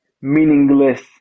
meaningless